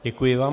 Děkuji vám.